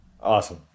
Awesome